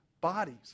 bodies